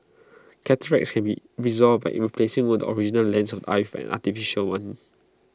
cataracts can be resolved by IT replacing the original lens of eye with an artificial one